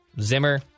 Zimmer